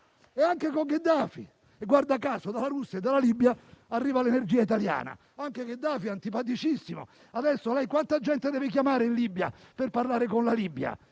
fece con Gheddafi e - guarda caso - dalla Russia e dalla Libia arriva l'energia italiana. Anche Gheddafi era antipaticissimo e adesso lei quante telefonate deve fare per parlare con la Libia?